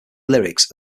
lyrics